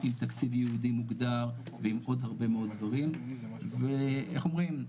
עם תקציב ייעודי מוגדר ועם עוד הרבה מאוד דברים ואיך אומרים,